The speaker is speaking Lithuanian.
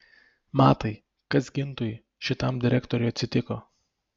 matai kas gintui šitam direktoriui atsitiko